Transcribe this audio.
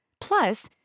plus